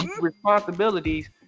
responsibilities